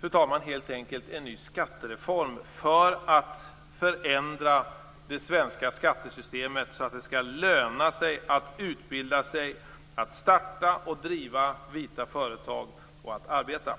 Det behövs helt enkelt en ny skattereform, en förändring av det svenska skattesystemet, så att det lönar sig att utbilda sig, att starta och driva "vita" företag och att arbeta.